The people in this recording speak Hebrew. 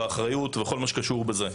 האחריות וכל מה שקשור בזה.